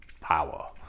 power